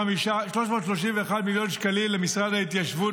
331 מיליון שקלים למשרד ההתיישבות